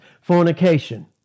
Fornication